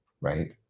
right